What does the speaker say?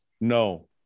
No